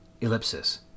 ellipsis